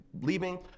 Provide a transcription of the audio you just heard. leaving